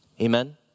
Amen